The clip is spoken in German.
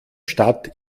stadt